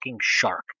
shark